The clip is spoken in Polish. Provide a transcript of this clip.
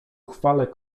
chwale